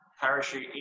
parachute